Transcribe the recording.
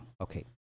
Okay